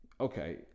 Okay